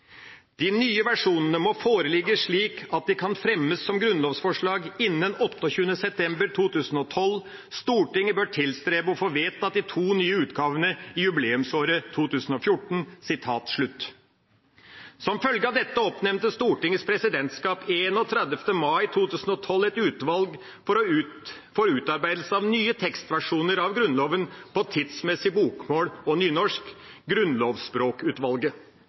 De nye versjonene må foreligge slik at de kan fremmes som grunnlovsforslag innen 28. september 2012. Stortinget bør tilstrebe å få vedtatt de to nye utgavene i jubileumsåret 2014.» Som følge av dette oppnevnte Stortingets presidentskap 31. mai 2012 et utvalg for utarbeidelse av nye tekstversjoner av Grunnloven på tidsmessig bokmål og nynorsk – Grunnlovsspråkutvalget